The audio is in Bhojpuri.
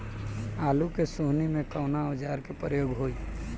आलू के सोहनी में कवना औजार के प्रयोग होई?